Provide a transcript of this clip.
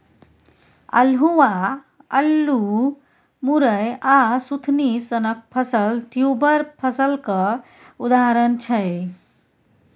अल्हुआ, अल्लु, मुरय आ सुथनी सनक फसल ट्युबर फसलक उदाहरण छै